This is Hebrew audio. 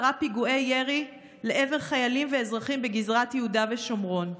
פיגועי ירי לעבר חיילים ואזרחים בגזרת יהודה ושומרון.